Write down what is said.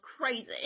crazy